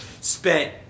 spent